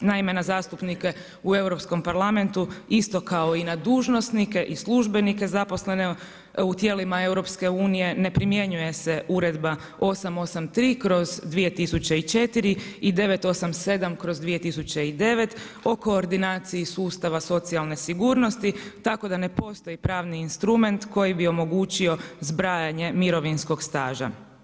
Naime na zastupnike u Europskom parlamentu isto kao i na dužnosnike i službenike zaposlene u tijelima EU-a ne primjenjuje se Uredba 883/2004 i 987/2009 o koordinaciji sustava socijalne sigurnosti tako da ne postoji pravni instrument koji bi omogućio zbrajanje mirovinskog staža.